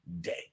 day